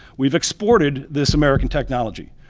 we've exported this american technology.